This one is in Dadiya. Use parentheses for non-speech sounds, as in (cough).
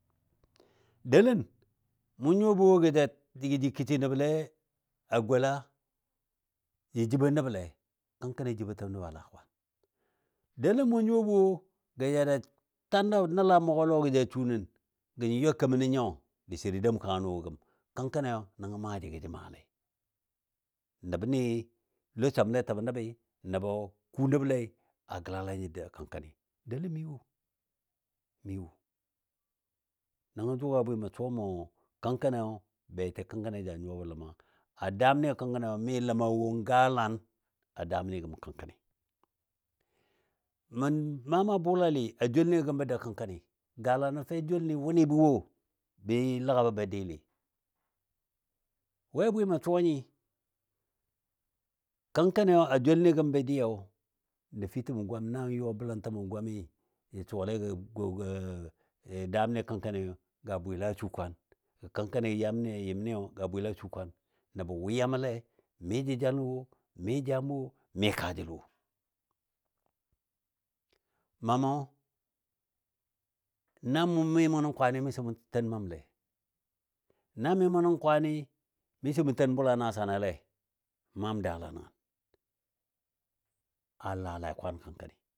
Delən mʊ nyuwa bɔ wo gə jə kəshi nəblɛ a gola, jə jibɔ nəble kəngkənnɨ jibɔtəm nəbɔ a laa kwaan, delən mʊn nyuwabɔ wo gɔ ya ja ta nəla mʊgɔ lɔgɔ ja su nən gən ỵwa kemənɔ nyɔ disə jə dem kəng a nʊgɔ gəm. kəngkənɨ nəngɔ n maaji gɔ jə maa lɛi. Nəbni losamle təbə nəbɨ, nəbɔ kuu nəblei a gəlala nyo də kəngkənɨ delən mi wo, mi wo. Nəngɔ jʊga bwɨ mə suwa mə kəngkəniyo, beti kəngkəni ja nyuwabɔ ləma wo. A daam ni kəngkəniyo mi ləma wo n galan a daam ni gəm kəng kənɨ. Mən maa maa bulalɨ a joul nɨ gəm bə dou kəngkəni galanɔ fe joulni wʊni bə wo, bə ləga bɔ bə dɨɨlɨ. We bwɨ mə suwa nyi, kəngkəniyo a joul ni gəm bə douyo, nəfitəm gwam, nən yɔ bələn təmo gwami, jə suwagɔ (hesitation) daam ni kəngkəni ga bwɨla su kwaan, gə kəngkəni yɨm ni ga bwɨla su kwaan. Nəbɔ wʊ yamməle, mɨ jəjalən wo, mɨ jam wo, mɨ kaajəl wo. Mamɔ na mɨ mʊ nən kwaan mɨsɔ mʊn ten mamlɛ. Na mɨ mʊ nən kwaan mɨsɔ mʊn ten bʊla nasanaile n maam daala nəngən, a laa lai kwaan kəngkəni